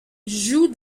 joue